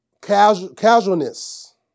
casualness